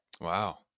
Wow